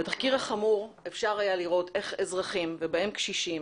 בתחקיר החמור אפשר היה לראות איך אזרחים נעקצים ובהם קשישים,